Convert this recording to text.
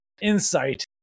insight